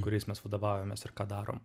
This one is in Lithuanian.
kuriais mes vadovaujamės ir ką darom